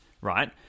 right